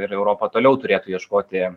ir europa toliau turėtų ieškoti